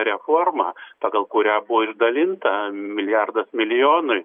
reforma pagal kurią buvo išdalinta milijardas milijonai